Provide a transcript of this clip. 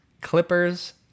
Clippers